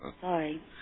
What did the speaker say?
Sorry